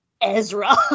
Ezra